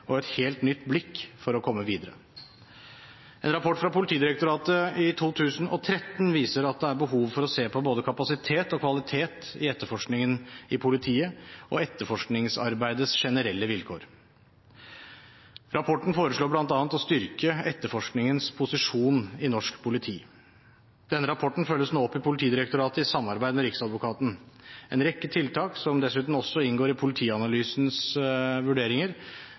og et helt nytt blikk for å komme videre. En rapport fra Politidirektoratet fra 2013 viser at det er behov for å se på både kapasitet og kvalitet på etterforskningen i politiet og etterforskningsarbeidets generelle vilkår. Rapporten foreslår bl.a. å styrke etterforskningens posisjon i norsk politi. Denne rapporten følges nå opp i Politidirektoratet, i samarbeid med Riksadvokaten. En rekke tiltak, som dessuten også inngår i politianalysens vurderinger,